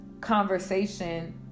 conversation